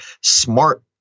smart